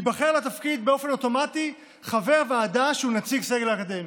ייבחר לתפקיד באופן אוטומטי חבר ועדה שהוא נציג סגל אקדמי,